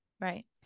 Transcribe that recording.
Right